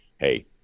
hey